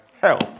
help